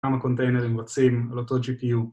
כמה קונטיינרים רצים על אותו gpu